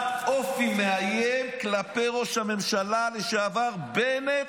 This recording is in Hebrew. אופי מאיים כלפי ראש הממשלה לשעבר בנט